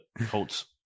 Colts